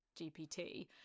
GPT